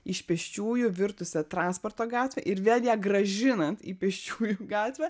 iš pėsčiųjų virtusią transporto gatvę ir vėl ją grąžinant į pėsčiųjų gatvę